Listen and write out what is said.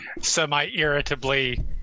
semi-irritably